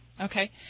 Okay